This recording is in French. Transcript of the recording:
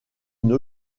une